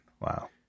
Wow